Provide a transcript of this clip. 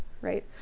Right